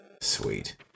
Sweet